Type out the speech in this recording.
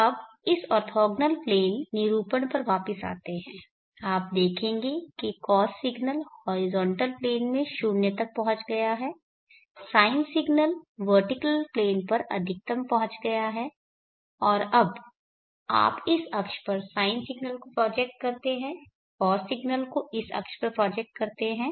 अब इस orthogonal plane निरूपण पर वापस आते हुए आप देखेंगे कि कॉस सिग्नल हॉरिजॉन्टल प्लेन में 0 तक पहुँच गया है साइन सिग्नल वर्टिकल प्लेन पर अधिकतम पहुँच गया है और अब आप इस अक्ष पर साइन सिग्नल को प्रोजेक्ट करते हैं कॉस सिग्नल को इस अक्ष पर प्रोजेक्ट करते हैं